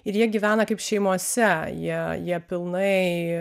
ir jie gyvena kaip šeimose jie jie pilnai